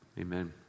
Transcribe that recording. amen